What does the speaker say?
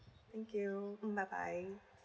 thank you um bye bye